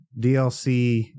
DLC